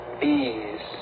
bees